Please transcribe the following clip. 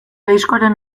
diskoaren